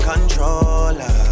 Controller